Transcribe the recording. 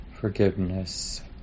forgiveness